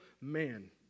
man